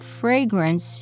fragrance